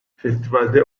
festivalde